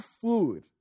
food